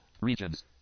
Regions